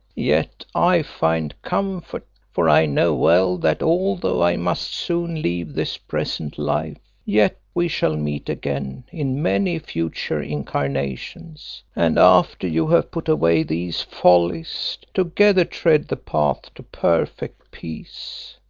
yet i find comfort, for i know well that although i must soon leave this present life, yet we shall meet again in many future incarnations, and after you have put away these follies, together tread the path to perfect peace.